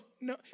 no